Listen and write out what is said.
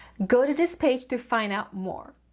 go to this page to find out more.